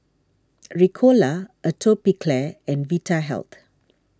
Ricola Atopiclair and Vitahealth